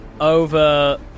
over